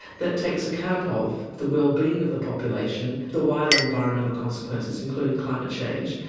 that takes account ah of the wellbeing of the population, the wider environmental consequences including climate change,